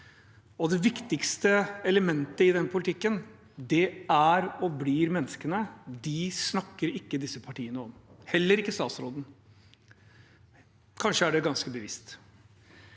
Det viktigste elementet i den politikken er og blir menneskene. Dem snakker ikke disse partiene om, heller ikke statsråden. Kanskje er det ganske bevisst.